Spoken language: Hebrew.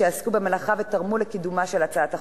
שעסקו במלאכה ותרמו לקידומה של הצעת החוק.